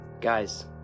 Guys